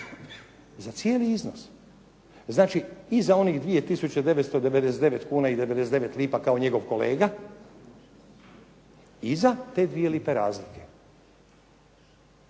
za cijeli iznos. Znači i za onih 2 tisuće 999 kuna i 99 lipa kao njegov kolega i za te 2 lipe razlike.